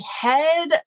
head